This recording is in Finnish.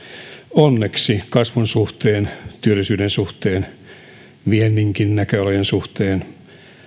onneksi kasvun suhteen työllisyyden suhteen vienninkin näköalojen suhteen